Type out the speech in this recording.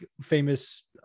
famous